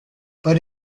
but